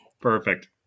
Perfect